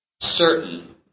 certain